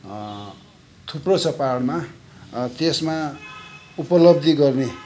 थुप्रो छ पहाडमा त्यसमा उपलब्धि गर्ने